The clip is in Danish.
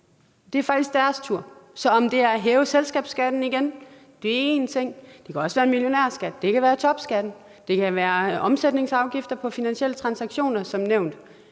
Det er faktisk deres tur. Så det kunne være at hæve selskabsskatten igen, det er én ting, men det kunne også være en millionærskat, det kunne være topskat, det kunne være omsætningsafgift på finansielle transaktioner som nævnt.